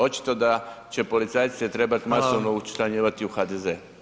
Očito da će policajce trebat [[Upadica: Hvala.]] masovno učlanjivati u HDZ.